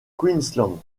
queensland